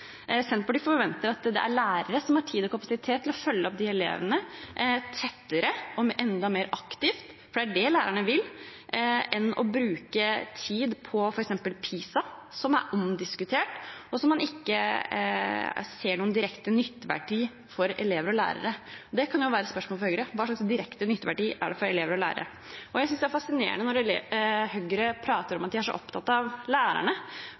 Senterpartiet forventer at det er lærere som har tid og kapasitet til å følge opp elevene tettere og enda mer aktivt, for det er det lærerne vil, heller enn å bruke tid på f.eks. PISA, som er omdiskutert, og som man ikke ser har noen direkte nytteverdi for elever og lærere. Det kan jo være et spørsmål for Høyre: Hva slags direkte nytteverdi er det for elever og lærere? Jeg synes det er fascinerende når Høyre prater om at de er så opptatt av lærerne, for lærerne